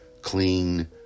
clean